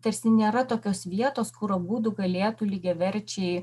tarsi nėra tokios vietos kur abudu galėtų lygiaverčiai